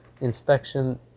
inspection